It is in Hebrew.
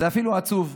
זה אפילו עצוב.